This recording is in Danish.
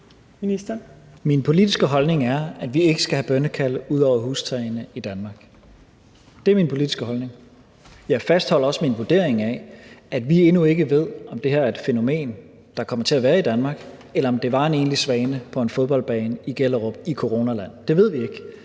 Min politiske holdning er, at vi ikke skal have bønnekald ud over hustagene i Danmark. Det er min politiske holdning. Jeg fastholder også min vurdering af, at vi endnu ikke ved, om det her er et fænomen, der kommer til at være i Danmark, eller om det var en enlig svale på en fodboldbane i Gjellerup i coronaland. Det ved vi ikke.